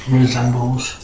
resembles